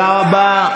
תודה רבה.